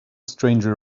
stranger